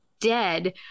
dead